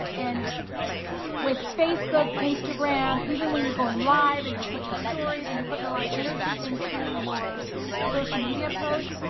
and with facebook, instagram, even when you're going live and you're putting up stories and you're putting a lot of energy into your social media posts,